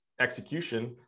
execution